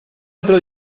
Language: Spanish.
otro